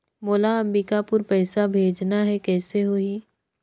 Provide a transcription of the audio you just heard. मोला अम्बिकापुर पइसा भेजना है, कइसे होही?